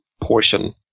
portion